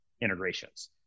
integrations